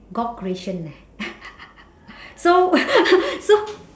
god creation leh so so